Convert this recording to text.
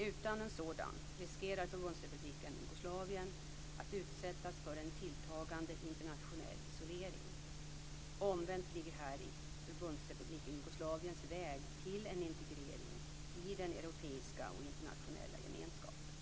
Utan en sådan riskerar Förbundsrepubliken Jugoslavien att utsättas för en tilltagande internationell isolering. Omvänt ligger häri Förbundsrepubliken Jugoslaviens väg till en integrering i den europeiska och internationella gemenskapen.